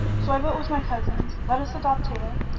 so i vote with my cousins. let us adopt tato,